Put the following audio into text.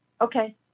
Okay